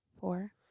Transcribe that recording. Four